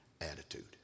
attitude